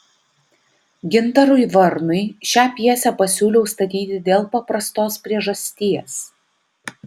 gintarui varnui šią pjesę pasiūliau statyti dėl paprastos priežasties